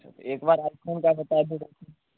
एक बार आप पूरा बता दो